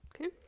Okay